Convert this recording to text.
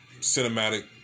cinematic